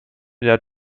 der